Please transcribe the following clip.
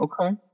okay